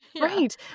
Right